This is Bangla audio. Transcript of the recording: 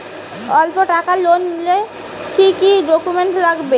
অল্প টাকার লোন নিলে কি কি ডকুমেন্ট লাগে?